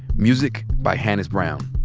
music by hannis brown.